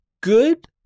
good